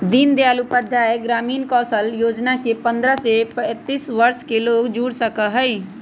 दीन दयाल उपाध्याय ग्रामीण कौशल योजना से पंद्रह से पैतींस वर्ष के लोग जुड़ सका हई